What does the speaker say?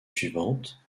suivantes